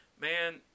man